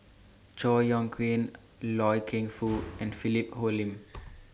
Chor Yeok Eng Loy Keng Foo and Philip Hoalim